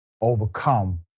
overcome